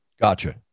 gotcha